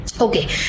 Okay